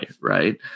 right